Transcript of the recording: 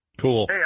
Cool